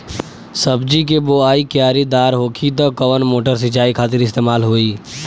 सब्जी के बोवाई क्यारी दार होखि त कवन मोटर सिंचाई खातिर इस्तेमाल होई?